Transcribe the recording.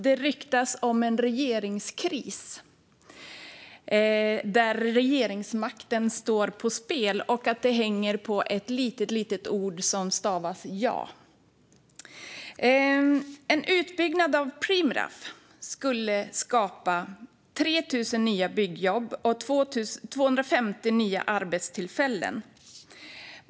Det ryktas om en regeringskris där regeringsmakten står på spel och att det hänger på ett litet ord som stavas: Ja. En utbyggnad av Preemraff skulle skapa 3 000 nya byggjobb och 250 nya arbetstillfällen.